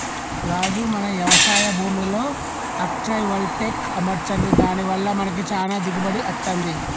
రాజు మన యవశాయ భూమిలో అగ్రైవల్టెక్ అమర్చండి దాని వల్ల మనకి చానా దిగుబడి అత్తంది